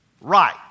right